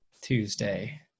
tuesday